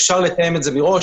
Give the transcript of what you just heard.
אפשר לתאם את זה מראש.